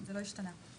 זאת אומרת,